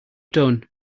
done